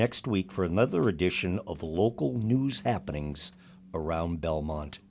next week for another edition of local news happening around belmont